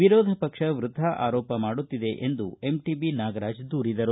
ವಿರೋಧ ಪಕ್ಷ ವೃಥಾ ಆರೋಪ ಮಾಡುತ್ತಿದೆ ಎಂದು ಎಂಟಿಬಿ ನಾಗರಾಜ್ ದೂರಿದರು